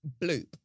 Bloop